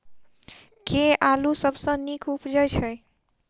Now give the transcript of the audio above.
केँ आलु सबसँ नीक उबजय छै?